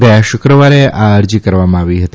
ગયા શુક્રવારે આ અરજી કરવામાં આવી હતી